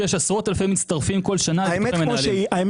שיש עשרות אלפי מצטרפים כל שנה לביטוחי מנהלים,